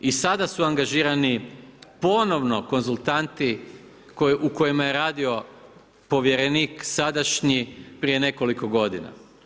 I sada su angažirani ponovno konzultanti u kojima je radio povjerenik sadašnji prije nekoliko godina.